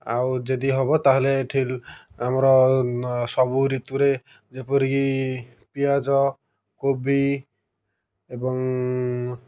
ଆଉ ଯେଦି ହେବ ତାହେଲେ ଏଠି ଆମର ସବୁ ଋତୁରେ ଯେପରିକି ପିଆଜ କୋବି ଏବଂ